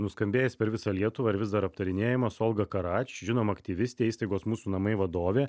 nuskambėjęs per visą lietuvą ir vis dar aptarinėjamas olga karač žinoma aktyvistė įstaigos mūsų namai vadovė